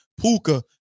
Puka